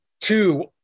two